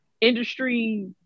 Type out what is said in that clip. industry